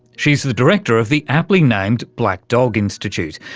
she's the director of the aptly-named black dog institute,